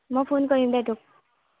মই ফোন কৰিম দে তোক